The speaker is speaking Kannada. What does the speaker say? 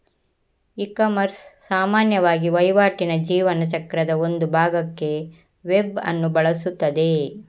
ಇಕಾಮರ್ಸ್ ಸಾಮಾನ್ಯವಾಗಿ ವಹಿವಾಟಿನ ಜೀವನ ಚಕ್ರದ ಒಂದು ಭಾಗಕ್ಕೆ ವೆಬ್ ಅನ್ನು ಬಳಸುತ್ತದೆ